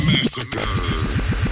Massacre